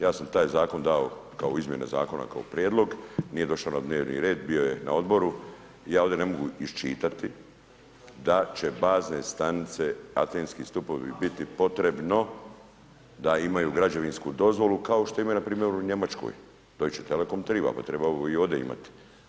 Ja sam taj zakon dao kao izmjene zakona, ka prijedlog nije došao na dnevni red, bio je na odboru, ja ovdje ne mogu iščitati da će bazne stanice, atenski stupovi biti potrebno da imaju građevinsku dozvolu kao što imaju npr. u Njemačkoj, Deutche Telekom treba, pa treba ovo i ovdje imati.